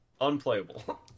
Unplayable